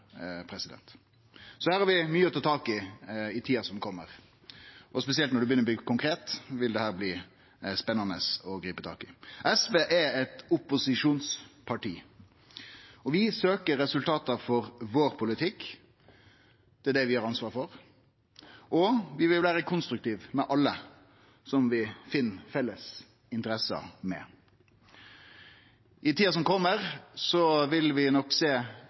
Så her har vi mykje å ta tak i i tida som kjem. Spesielt når det begynner å bli konkret, vil dette bli spennande å gripe tak i. SV er eit opposisjonsparti. Vi søkjer resultat for vår politikk; det er det vi har ansvaret for. Og vi vil vere konstruktive med alle vi finn felles interesser med. I tida som kjem, vil vi nok